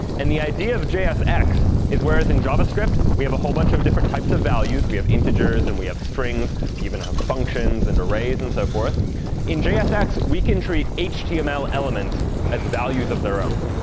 and the idea of jsx is, whereas in javascript we have a whole bunch of different types of values we have integers, and we have strings, we even have functions and arrays and so forth in jsx, we can treat each html elements as values of their own.